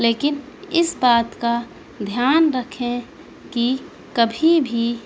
لیکن اس بات کا دھیان رکھیں کہ کبھی بھی